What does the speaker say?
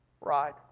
right